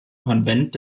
konvent